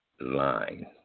Line